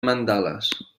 mandales